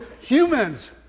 humans